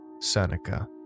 Seneca